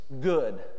good